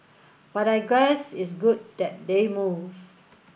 but I guess it's good that they move